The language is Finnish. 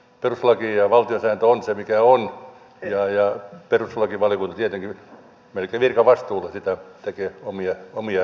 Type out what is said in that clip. perustuslaki ja valtiosääntö on se mikä on ja perustuslakivaliokunta tietenkin melkein virkavastuulla tekee omia ratkaisujaan